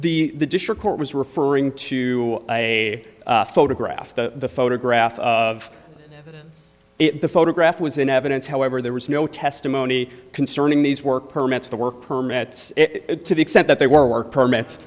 to the district court was referring to a photograph the photograph of the photograph was in evidence however there was no testimony concerning these work permits the work permits it to the extent that they were work